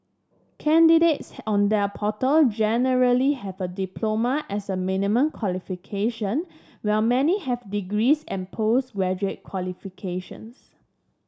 candidates on their portal generally have a diploma as a minimum qualification while many have degrees and post graduate qualifications